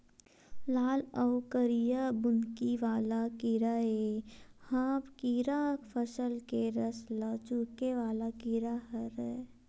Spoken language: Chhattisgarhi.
लाल अउ करिया बुंदकी वाला कीरा ए ह कीरा फसल के रस ल चूंहके वाला कीरा हरय